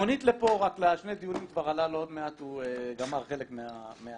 המונית לפה רק לשני הדיונים עלתה לו ועוד מעט הוא גמר חלק מההקצבה,